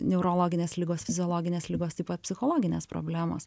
neurologinės ligos fiziologinės ligos taip pat psichologinės problemos